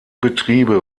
betriebe